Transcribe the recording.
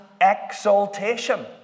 exaltation